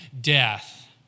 death